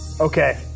Okay